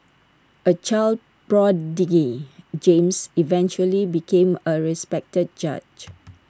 A child prodigy James eventually became A respected judge